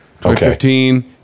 2015